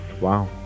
Wow